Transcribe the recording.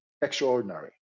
extraordinary